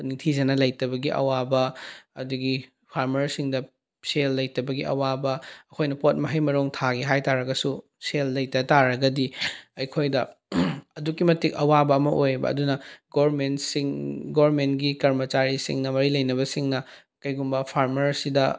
ꯅꯤꯡꯊꯤꯖꯅ ꯂꯩꯇꯕꯒꯤ ꯑꯋꯥꯕ ꯑꯗꯨꯗꯒꯤ ꯐꯥꯔꯃꯔꯁꯤꯡꯗ ꯁꯦꯜ ꯂꯩꯇꯕꯒꯤ ꯑꯋꯥꯕ ꯑꯩꯈꯣꯏꯅ ꯄꯣꯠ ꯃꯍꯩ ꯃꯔꯣꯡ ꯊꯥꯒꯦ ꯍꯥꯏꯇꯥꯔꯒꯁꯨ ꯁꯦꯜ ꯂꯩꯇ ꯇꯥꯔꯒꯗꯤ ꯑꯩꯈꯣꯏꯗ ꯑꯗꯨꯛꯀꯤ ꯃꯇꯤꯛ ꯑꯋꯥꯕ ꯑꯃ ꯑꯣꯏꯑꯦꯕ ꯑꯗꯨꯅ ꯒꯣꯔꯃꯦꯟꯁꯤꯡ ꯒꯣꯔꯃꯦꯟꯒꯤ ꯀꯔꯃꯥꯆꯥꯔꯤꯁꯤꯡꯅ ꯃꯔꯤ ꯂꯩꯅꯕꯁꯤꯡꯅ ꯀꯩꯒꯨꯝꯕ ꯐꯥꯔꯃꯔꯁꯤꯗ